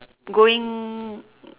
going